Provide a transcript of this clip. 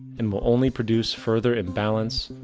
and will only produce further imbalance,